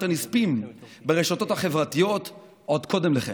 הנספים ברשתות החברתיות עוד קודם לכן.